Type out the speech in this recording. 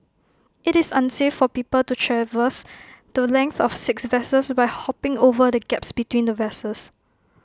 IT is unsafe for people to traverse the length of six vessels by hopping over the gaps between the vessels